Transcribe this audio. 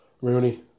Rooney